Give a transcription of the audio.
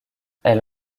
elle